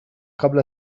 قبل